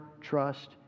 trust